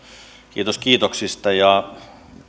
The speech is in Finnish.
kiitos kiitoksista ja